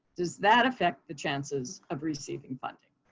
does that affect the chances of receiving funding?